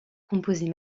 composée